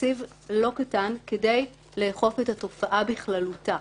לא קטן כדי לאכוף את התופעה בכללותה,